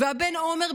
והבן עומר,